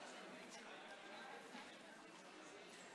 לאיש לא מצאתי ניגוד כלשהו בין השניים.